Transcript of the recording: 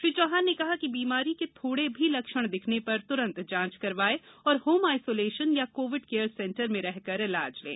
श्री चौहान ने कहा कि बीमारी के थोड़े भी लक्षण दिखने पर तुरत जाँच करवायें तथा होम आइसोलेशन या कोविड केयर सेंटर में रहकर इलाज लें